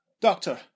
Doctor